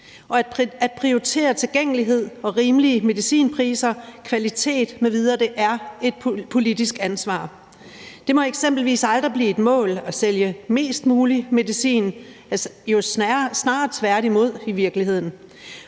at prioritere tilgængelighed og rimelige medicinpriser, kvalitet m.v. er et politisk ansvar. Det må eksempelvis aldrig blive et mål at sælge mest mulig medicin, snarere tværtimod. Og det